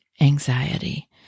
anxiety